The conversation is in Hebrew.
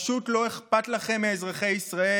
פשוט לא אכפת לכם מאזרחי ישראל.